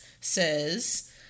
says